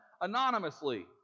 anonymously